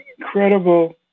incredible